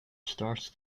starts